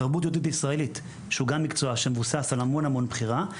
בתרבות יהודית ישראלית שהוא גם מקצוע שמבוסס על המון המון בחירה,